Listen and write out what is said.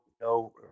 no